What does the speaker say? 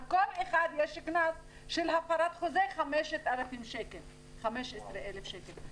על כל אחד יש קנס של הפרת חוזה 5,000 שקל 15,000 שקל.